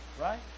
right